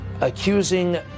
accusing